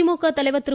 திமுக தலைவர் திரு